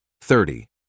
Thirty